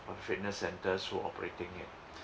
uh fitness centers who operating it